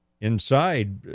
inside